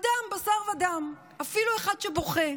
אדם בשר ודם, אפילו אחד שבוכה,